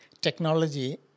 technology